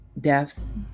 deaths